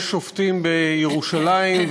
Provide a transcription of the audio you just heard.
יש שופטים בירושלים,